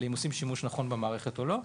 האם השימוש במערכת הוא נכון או לא.